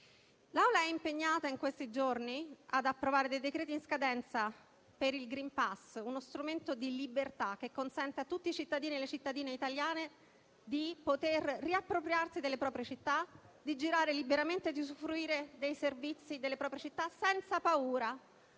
L'Assemblea è impegnata in questi giorni ad approvare decreti-legge in scadenza per il *green pass*, uno strumento di libertà che consente a tutti i cittadini e le cittadine italiani di potersi riappropriare delle proprie città, di girare liberamente, di usufruire dei servizi delle città senza paura